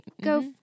Go